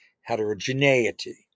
heterogeneity